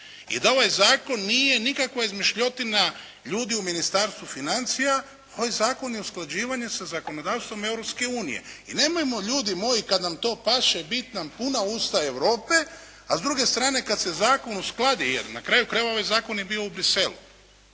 i da ovaj zakon nije nikakva izmišljotina ljudi u Ministarstvu financija, ovaj zakon je usklađivanje sa zakonodavstvom Europske unije. I nemojmo ljudi moji kad nam to paše biti nam puna usta Europe a s druge strane kad se zakon uskladi jer na kraju krajeva ovaj zakon je bio u Bruxellesu